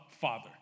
Father